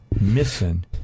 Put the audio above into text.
missing